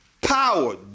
power